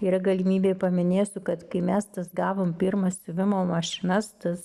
yra galimybė paminėsiu kad kai mes tas gavom pirmą siuvimo mašinas tas